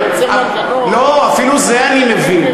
זה מנגנון, לא, אפילו את זה אני מבין.